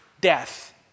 death